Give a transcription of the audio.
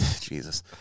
Jesus